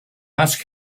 ask